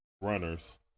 runners